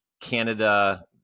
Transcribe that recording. Canada